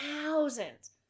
thousands